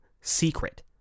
secret